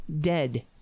dead